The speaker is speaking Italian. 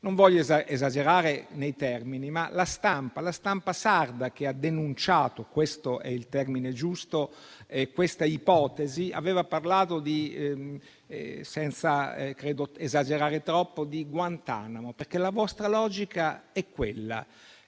Non voglio esagerare nei termini, ma la stampa sarda, che ha denunciato (questo è il termine giusto) questa ipotesi, aveva parlato, senza esagerare troppo, di Guantanamo, perché la vostra logica è quella.